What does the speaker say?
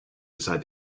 inside